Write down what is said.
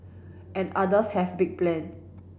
and others have big plan